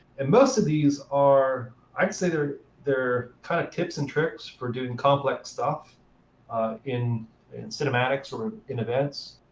and most of these are i'd say they're they're kind of tips and tricks for doing complex stuff in cinematics or in events,